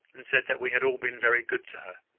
and said that we had all been very good to her.